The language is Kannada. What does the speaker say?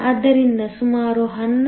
ಆದ್ದರಿಂದ ಸುಮಾರು 11